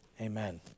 Amen